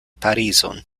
parizon